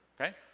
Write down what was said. okay